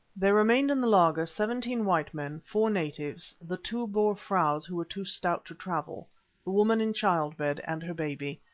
there remained in the laager seventeen white men, four natives, the two boer fraus who were too stout to travel, the woman in childbed and her baby,